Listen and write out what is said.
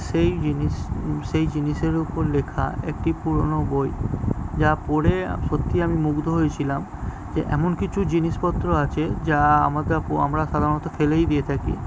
সেই জিনিস সেই জিনিসের উপর লেখা একটি পুরোনো বই যা পড়ে সত্যিই আমি মুগ্ধ হয়েছিলাম যে এমন কিছু জিনিসপত্র আছে যা আমরা সাধারণত ফেলেই দিয়ে থাকি